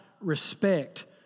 respect